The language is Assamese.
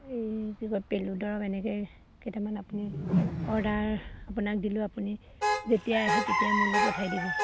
এই কি কয় পেলু দৰৱ এনেকৈ কেইটামান আপুনি অৰ্ডাৰ আপোনাক দিলোঁ আপুনি যেতিয়াই আহে তেতিয়াই মোলৈ পঠাই দিব